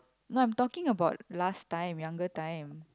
no I'm talking about last time younger time